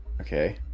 Okay